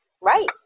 right